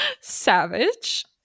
Savage